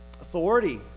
Authority